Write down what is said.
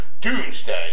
Doomsday